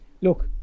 look